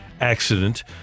accident